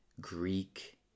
Greek